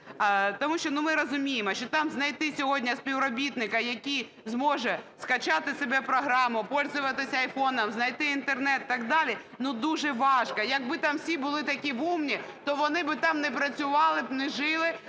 Тому що ми розуміємо, що там знайти сьогодні співробітника, який зможе скачати собі програму, пользоватися айфоном, знайти Інтернет і так далі, ну, дуже важко. Якби там всі були такі умні, то вони би там не працювали б, не жили,